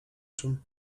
czym